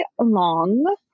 long